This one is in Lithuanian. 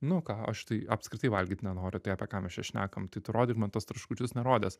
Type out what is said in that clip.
nu o ką aš tai apskritai valgyt nenoriu tai apie ką mes čia šnekam tai tu rodyk man tuos traškučius nerodęs